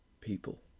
people